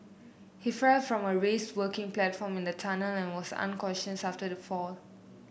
he fell from a raised working platform in the tunnel and was unconscious after the fall